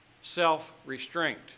self-restraint